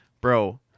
bro